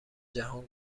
جهان